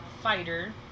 fighter